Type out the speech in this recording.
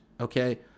okay